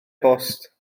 bost